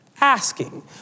asking